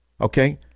Okay